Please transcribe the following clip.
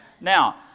Now